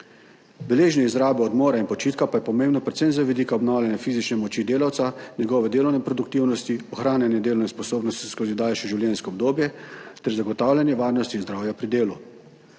Beleženje izrabe odmora in počitka pa je pomembno predvsem z vidika obnavljanja fizične moči delavca, njegove delovne produktivnosti, ohranjanja delovne sposobnosti skozi daljše življenjsko obdobje ter zagotavljanja varnosti in zdravja pri delu.